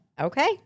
Okay